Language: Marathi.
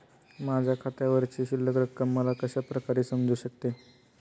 माझ्या खात्यावरची शिल्लक रक्कम मला कशा प्रकारे समजू शकते?